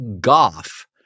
Goff